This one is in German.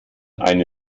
eine